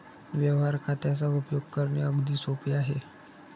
व्यवहार खात्याचा उपयोग करणे अगदी सोपे आहे